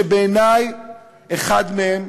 שבעיני אחד מהם,